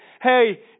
Hey